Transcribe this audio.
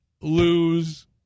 lose